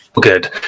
Good